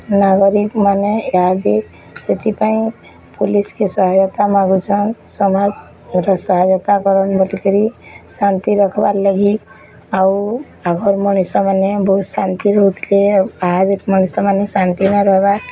ନାଗରିକ୍ ମାନେ ଇହାଦେ ସେଥିପାଇଁ ପୋଲିସକେ ସହାୟତା ମାଗୁଛନ୍ ସମାଜ୍ର ସହାୟତା କରୁନ୍ ବଲିକରି ଶାନ୍ତି ରଖବା ଲାଗି ଆଉ ଆଗର୍ ମଣିଷ ମାନେ ବହୁତ୍ ଶାନ୍ତି ରହୁଥିଲେ ଏହାଦେ ମଣିଷ ମାନେ ଶାନ୍ତି ନାଇଁ ରହେବାର୍